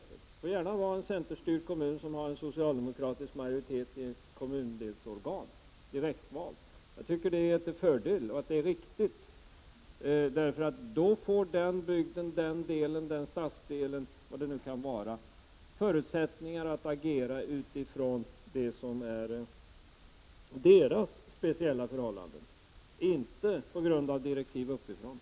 Det får gärna vara en centerstyrd kommun som har en sociademokratisk majoritet i direktvalda kommundelsorgan. Jag tycker det är till fördel. Då får den kommundelen eller stadsdelen förutsättningar att agera utifrån det som är deras speciella förhållanden — inte på grund av direktiv uppifrån.